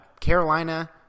Carolina